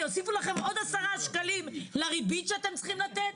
יוסיפו עוד 10 שקלים לריבית שאתם צריכים לתת?